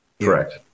correct